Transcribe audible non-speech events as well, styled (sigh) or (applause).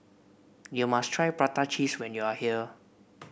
(noise) you must try Prata Cheese when you are here